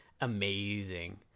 amazing